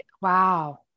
Wow